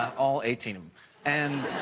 all eighteen. um and